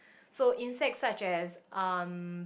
so insects such as um